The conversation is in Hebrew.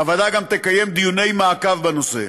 הוועדה גם תקיים דיוני מעקב בנושא.